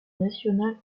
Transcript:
nationales